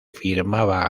firmaba